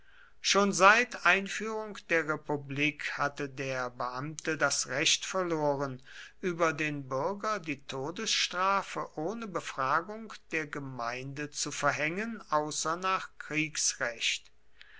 schon seit einführung der republik hatte der beamte das recht verloren über den bürger die todesstrafe ohne befragung der gemeinde zu verhängen außer nach kriegsrecht